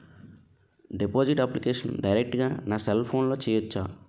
Deposit application direct గా నా cell ఫోన్లో చెయ్యచా?